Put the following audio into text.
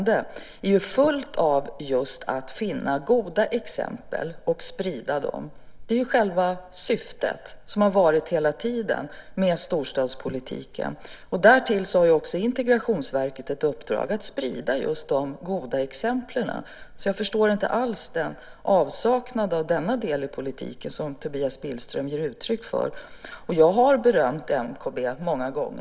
Det är fullt av att finna goda exempel och sprida dem. Det är själva syftet med storstadspolitiken och har varit det hela tiden. Därtill har också Integrationsverket fått i uppdrag att sprida just de goda exemplen. Jag förstår inte alls uppfattningen att det saknas något i den delen av politiken som Tobias Billström ger uttryck för. Jag har många gånger berömt MKB.